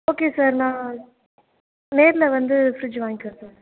okay sir நான் நேரில் வந்து ஃபிரிட்ஜ் வாங்கிக்கிறேன் சார்